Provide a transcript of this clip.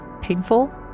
painful